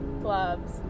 gloves